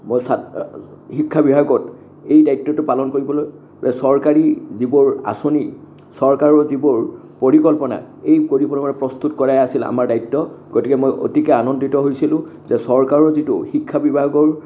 মই শিক্ষা বিভাগত এই দায়িত্বটো পালন কৰিবলৈ চৰকাৰী যিবোৰ আঁচনি চৰকাৰৰ যিবোৰ পৰিকল্পনা এই পৰিকল্পনা প্ৰস্তুত কৰাই আছিল আমাৰ দায়িত্ব গতিকে মই অতিকে আনন্দিত হৈছিলোঁ যে চৰকাৰৰ যিটো শিক্ষা বিভাগৰ